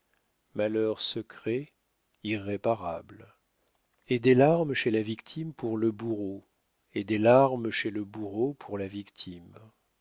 malheur secret irréparable et des larmes chez la victime pour le bourreau et des larmes chez le bourreau pour la victime